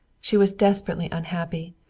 she was desperately unhappy.